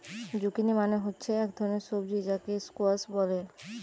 zucchini মানে হচ্ছে এক ধরণের সবজি যাকে স্কোয়াস বলে